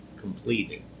completed